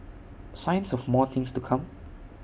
signs of more things to come